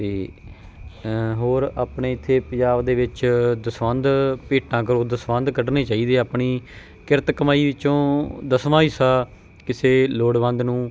ਅਤੇ ਹੋਰ ਆਪਣੇ ਇੱਥੇ ਪੰਜਾਬ ਦੇ ਵਿੱਚ ਦਸਵੰਧ ਭੇਟਾਂ ਕਰੋ ਦਸਵੰਧ ਕੱਢਣੇ ਚਾਹੀਦੇ ਆ ਆਪਣੀ ਕਿਰਤ ਕਮਾਈ ਵਿੱਚੋਂ ਦਸਵਾਂ ਹਿੱਸਾ ਕਿਸੇ ਲੋੜਵੰਦ ਨੂੰ